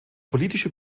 politische